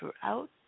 throughout